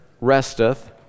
resteth